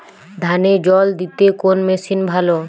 ধানে জল দিতে কোন মেশিন ভালো?